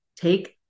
take